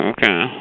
Okay